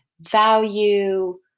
value